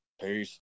Peace